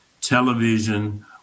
television